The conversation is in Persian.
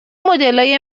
مدلای